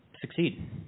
succeed